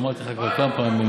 אמרתי לך כבר כמה פעמים,